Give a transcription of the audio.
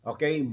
Okay